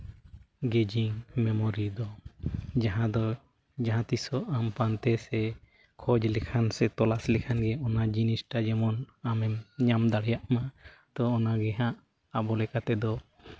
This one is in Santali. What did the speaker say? ᱜᱮᱡᱤᱝ ᱢᱮᱢᱳᱨᱤ ᱫᱚ ᱡᱟᱦᱟᱸ ᱫᱚ ᱡᱟᱦᱟᱸ ᱛᱤᱥᱚᱜ ᱟᱢ ᱯᱟᱱᱛᱮ ᱥᱮ ᱠᱷᱚᱡᱽ ᱞᱮᱠᱷᱟᱱ ᱥᱮ ᱛᱚᱞᱟᱥ ᱞᱮᱠᱷᱟᱱ ᱜᱮ ᱚᱱᱟ ᱡᱤᱱᱤᱥᱴᱟ ᱫᱚ ᱡᱮᱢᱚᱱ ᱟᱢᱮᱢ ᱧᱟᱢ ᱫᱟᱲᱮᱭᱟᱜᱼᱢᱟ ᱛᱳ ᱚᱱᱟᱜᱮ ᱦᱟᱸᱜ ᱟᱵᱚ ᱞᱮᱠᱟ ᱛᱮᱫᱚ